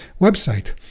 website